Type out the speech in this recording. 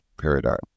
paradigm